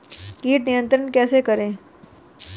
कीट नियंत्रण कैसे करें?